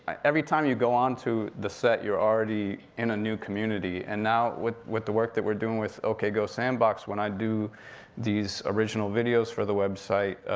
every time you go onto the set, you're already in a new community. and now, with with the work that we're doing with ok go sandbox, when i do these original videos for the website,